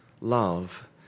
love